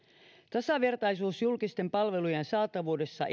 tasavertaisuus julkisten palvelujen saatavuudessa